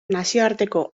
nazioarteko